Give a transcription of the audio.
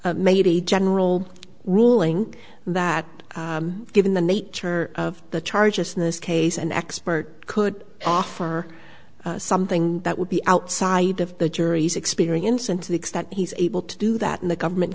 made a general ruling that given the nature of the charges in this case an expert could offer something that would be outside of the jury's experience and to the extent he's able to do that and the government